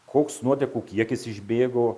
koks nuotekų kiekis išbėgo